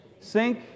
Sink